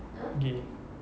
gay